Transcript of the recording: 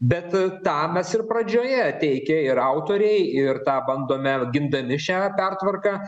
bet tą mes ir pradžioje teikė ir autoriai ir tą bandome gindami šią pertvarką